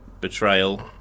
Betrayal